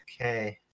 Okay